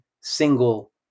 single